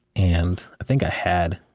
and i think i had,